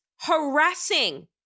harassing